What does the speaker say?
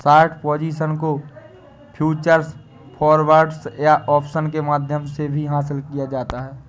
short position को futures, forwards या options के माध्यम से भी हासिल किया जाता है